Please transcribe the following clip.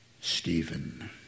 Stephen